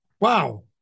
wow